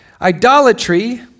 Idolatry